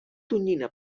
tonyina